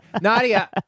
Nadia